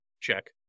check